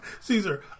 Caesar